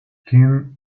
king